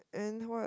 and what ah